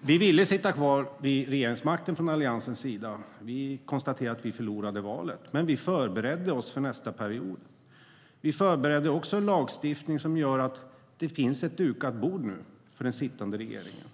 Vi ville sitta kvar vid regeringsmakten från Alliansens sida. Vi konstaterade att vi förlorade valet. Men vi hade förberett oss för nästa period. Vi förberedde också lagstiftning, som gör att det nu finns ett dukat bord för den sittande regeringen.